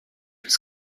was